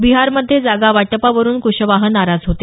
बिहारमध्ये जागा वाटपावरून कुशवाह नाराज होते